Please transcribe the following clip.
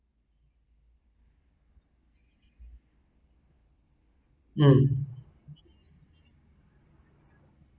mm